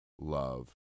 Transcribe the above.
love